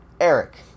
Eric